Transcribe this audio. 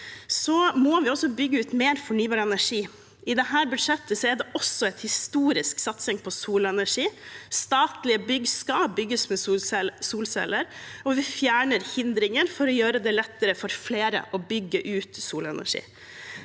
Vi må også bygge ut mer fornybar energi. I dette budsjettet er det en historisk satsing på solenergi. Statlige bygg skal bygges med solceller, og vi fjerner hindringer for å gjøre det lettere for flere å bygge ut solenergi.